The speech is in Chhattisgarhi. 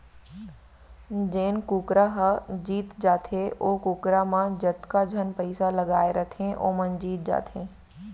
जेन कुकरा ह जीत जाथे ओ कुकरा म जतका झन पइसा लगाए रथें वो मन जीत जाथें